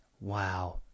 Wow